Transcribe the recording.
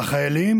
החיילים